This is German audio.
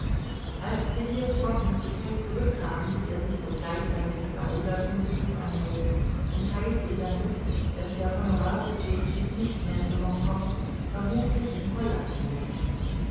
als phileas fogg in's htel zurückkam ließ er sich sogleich bei mrs aouda zum besuch anmelden und theilte ihr dann mit daß der honorable jejech nicht mehr zu hongkong vermuthlich in holland wohne